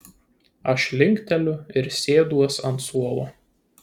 aš linkteliu ir sėduos ant suolo